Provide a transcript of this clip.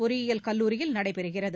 பொறியியல் கல்லுாரியில் நடைபெறுகிறது